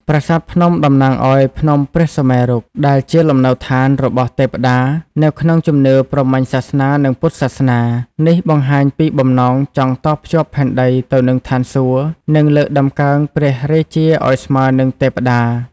ប្រាសាទភ្នំតំណាងឱ្យ ភ្នំព្រះសុមេរុ ដែលជាលំនៅដ្ឋានរបស់ទេពតា នៅក្នុងជំនឿព្រហ្មញ្ញសាសនា និងពុទ្ធសាសនា។ នេះបង្ហាញពីបំណងចង់តភ្ជាប់ផែនដីទៅនឹងឋានសួគ៌ និងលើកតម្កើងព្រះរាជាឱ្យស្មើនឹងទេពតា។